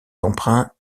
emprunts